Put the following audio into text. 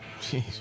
Jeez